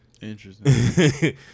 Interesting